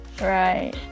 Right